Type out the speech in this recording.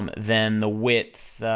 um then the width,